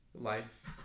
life